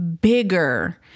bigger